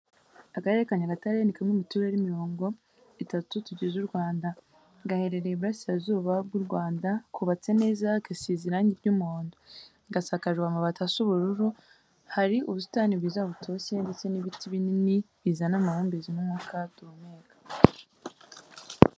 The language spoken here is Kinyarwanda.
Akarere ka Nyagatare ni kamwe mu turere mirongo itatu tugize u Rwanda, gaherereye Iburasirazuba bw'u Rwanda, kubatse neza, gasize irangi ry'umuhondo, gasakajwe amabati asa ubururu, hari ubusitani bwiza butoshye, ndetse n'ibiti binini bizana amahumbezi, n'umwuka duhumeka.